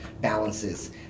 balances